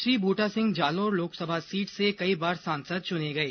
Shri Buta Singh Jalore Lok Sabha seat से कई बार सांसद चुने गए